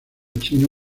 chino